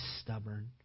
stubborn